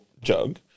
jug